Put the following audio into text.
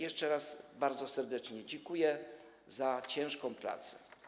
Jeszcze raz bardzo serdecznie dziękuję za ciężką pracę.